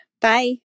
Bye